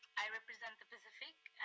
i represent the pacific,